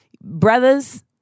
brothers